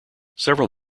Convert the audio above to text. several